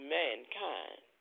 mankind